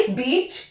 beach